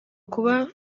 kuba